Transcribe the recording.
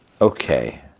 Okay